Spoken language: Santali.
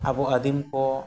ᱟᱵᱚ ᱟᱹᱫᱤᱢ ᱠᱚ